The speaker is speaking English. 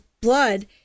blood